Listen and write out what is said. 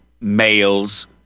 males